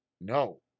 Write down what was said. no